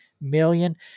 million